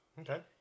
Okay